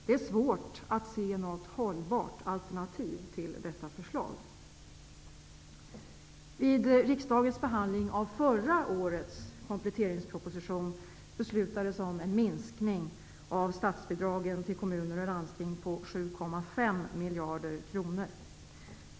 Det är svårt att se något hållbart alternativ till detta förslag. Vid riksdagens behandling av förra årets kompletteringsproposition beslutades om en minskning av statsbidragen till kommuner och landsting på 7,5 miljarder kronor.